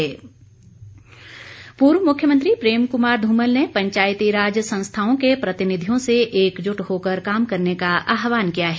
धुमल पूर्व मुख्यमंत्री प्रेम कुमार धूमल ने पंचातीराज संस्थाओं के प्रतिनिधियों से एकजुट होकर काम करने का आहवान किया है